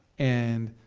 and,